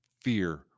fear